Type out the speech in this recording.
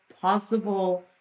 possible